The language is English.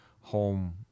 home